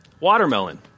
watermelon